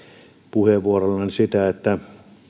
puheenvuorollanne sitä että